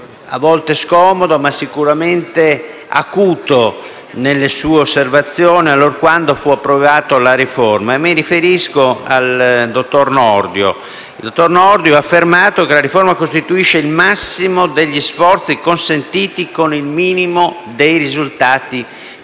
a volte scomodo ma sicuramente acuto nelle sue osservazioni, pronunciate allorquando fu approvata la riforma. Mi riferisco al dottor Nordio che ha affermato che la riforma costituisce il massimo degli sforzi consentiti con il minimo dei risultati perseguiti.